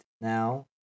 now